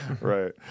Right